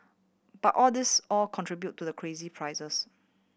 but all these all contribute to the crazy prices